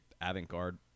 avant-garde